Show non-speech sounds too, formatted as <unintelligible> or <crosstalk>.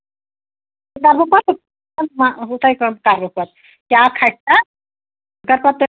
<unintelligible> ہُتھَے کَنۍ کَرٕ بہٕ پَتہٕ کیٛاہ کھَسہِ <unintelligible>